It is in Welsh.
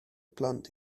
plant